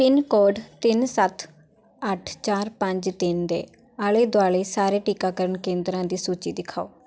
pin code ਤਿੰਨ ਸੱਤ ਅੱਠ ਚਾਰ ਪੰਜ ਤਿੰਨ ਦੇ ਆਲੇ ਦੁਆਲੇ ਸਾਰੇ ਟੀਕਾਕਰਨ ਕੇਂਦਰਾਂ ਦੀ ਸੂਚੀ ਦਿਖਾਓ